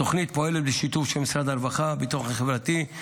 התוכנית פועלת בשיתוף של משרד הרווחה והביטחון החברתי,